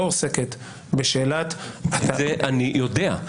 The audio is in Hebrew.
לא עוסקת בשאלת --- אני יודע,